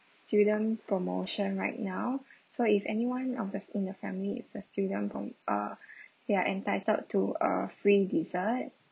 student promotion right now so if anyone of the in the family is a student from uh they are entitled to a free dessert